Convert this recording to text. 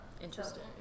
Interesting